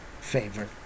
favor